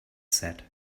said